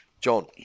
John